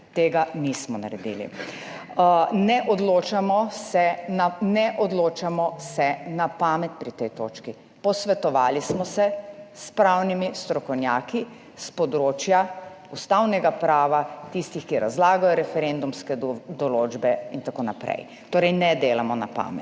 tega nismo naredili. Ne odločamo se na pamet pri tej točki. Posvetovali smo se s pravnimi strokovnjaki s področja ustavnega prava, tistih, ki razlagajo referendumske določbe in tako naprej. Torej ne delamo na pamet.